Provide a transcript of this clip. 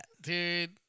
dude